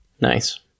Nice